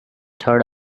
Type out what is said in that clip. third